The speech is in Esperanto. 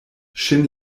ŝin